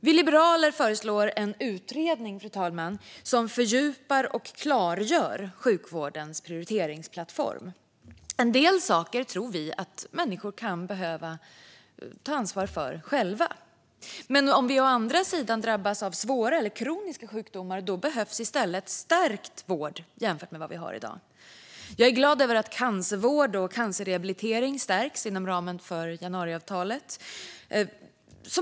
Vi liberaler föreslår, fru talman, en utredning som ska fördjupa och klargöra sjukvårdens prioriteringsplattform. Vi tror att människor själva kan behöva ta ansvar för en del saker. Men om vi å andra sidan drabbas av svåra eller kroniska sjukdomar behövs i stället stärkt vård jämfört med vad vi har i dag. Jag är glad över att cancervård och cancerrehabilitering stärks inom ramen för januariavtalet.